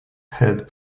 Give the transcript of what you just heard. head